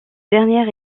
dernière